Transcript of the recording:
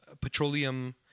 petroleum